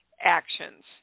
actions